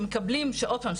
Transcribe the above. שעוד פעם,